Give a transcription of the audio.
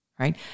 Right